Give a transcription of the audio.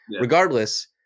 regardless